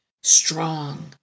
strong